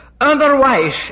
Otherwise